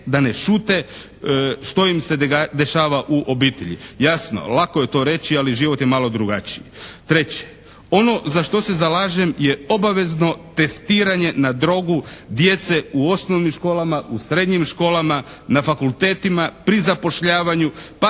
da ne šute što im se dešava u obitelji. Jasno, lako je to reći ali život je malo drugačiji. Treće, ono za što se zalažem je obavezno testiranje na drogu djece u osnovnim školama, u srednjim školama, na fakultetima, pri zapošljavanju, pa